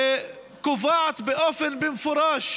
שקובעת שם באופן מפורש